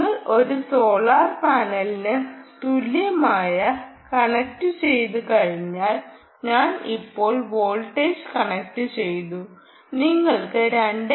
നിങ്ങൾ ഒരു സോളാർ പാനലിന് തുല്യമായി കണക്റ്റുചെയ്തുകഴിഞ്ഞാൽ ഞാൻ ഇപ്പോൾ വോൾട്ടേജ് കണക്റ്റുചെയ്തു നിങ്ങൾക്ക് 2